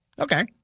Okay